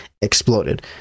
exploded